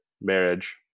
marriage